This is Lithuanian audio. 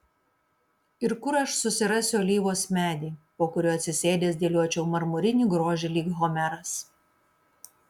ir kur aš susirasiu alyvos medį po kuriuo atsisėdęs dėliočiau marmurinį grožį lyg homeras